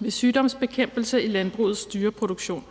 ved sygdomsbekæmpelse i landbrugets dyreproduktion,